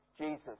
Jesus